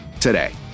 today